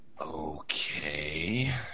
Okay